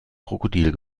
krokodil